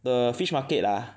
the fish market ah